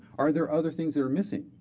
are there other things that are missing?